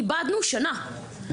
איבדנו שנה.